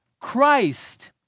Christ